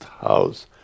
house